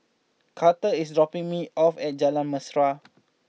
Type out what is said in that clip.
Karter is dropping me off at Jalan Mesra